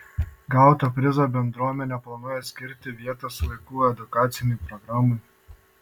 gautą prizą bendruomenė planuoja skirti vietos vaikų edukacinei programai